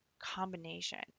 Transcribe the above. combination